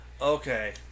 Okay